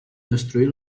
destruir